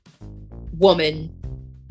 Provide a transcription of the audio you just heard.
woman